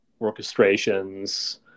orchestrations